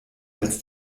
als